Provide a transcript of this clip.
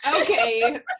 okay